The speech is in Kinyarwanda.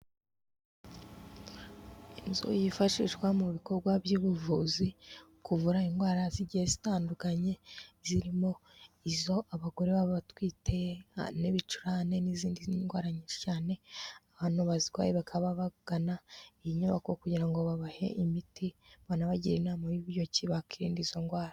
Inzu yifashishwa mu bikorwa by'ubuvuzi kuvura indwara zigiye zitandukanye zirimo; izo abagore baba batwite n'ibicurane n'izindi ndwara nyinshi cyane. Abantu bazirwaye bakaba bagana iyi nyubako kugira ngo babahe imiti, banabagira inama y'uburyo ki bakirinda izo ndwara.